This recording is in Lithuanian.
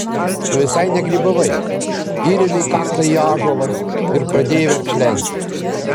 tu visai negrybavai įrėmei kaktą į ąžuolą ir pradėjai verkšlenti